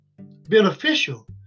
beneficial